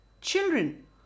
children